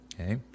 Okay